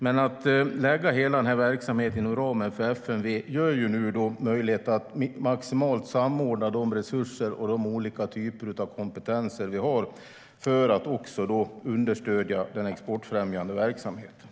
Att man lägger hela den här verksamheten inom ramen för FMV gör det nu möjligt att maximalt samordna de resurser och de olika typer av kompetenser vi har för att också understödja den exportfrämjande verksamheten.